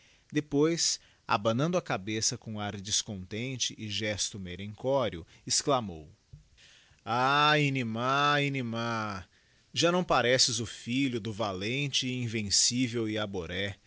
depois al anando a cabeça com ar descontente e gesto merencório esclamou ahl inimá inimá já não pareces o filho do valente e